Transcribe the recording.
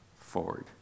forward